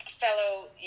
fellow